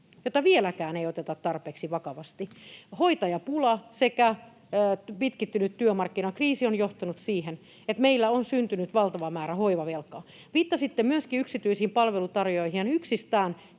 jota vieläkään ei oteta tarpeeksi vakavasti, hoitajapula sekä pitkittynyt työmarkkinakriisi ovat johtaneet siihen, että meille on syntynyt valtava määrä hoivavelkaa. Viittasitte myöskin yksityisiin palveluntarjoajiin ihan yksistään,